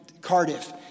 Cardiff